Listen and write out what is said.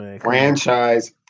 franchise